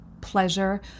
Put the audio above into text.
pleasure